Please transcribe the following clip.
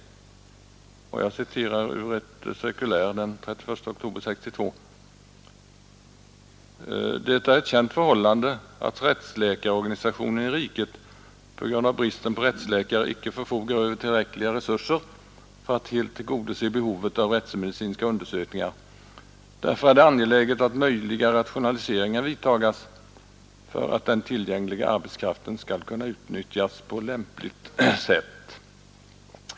Jag citerar ur ett cirkulär den 31 oktober 1962: ”Det är ett känt förhållande, att rättsläkarorganisationen i riket på grund av bristen på rättsläkare icke förfogar över tillräckliga resurser för att helt tillgodose behovet av rättsmedicinska undersökningar. Därför är det angeläget, att möjliga rationaliseringar vidtagas, för att den tillgängliga arbetskraften skall kunna utnyttjas på lämpligt sätt.